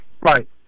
Right